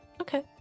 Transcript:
Okay